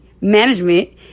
management